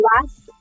last